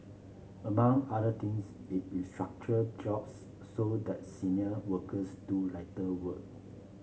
among other things it restructured jobs so that senior workers do lighter work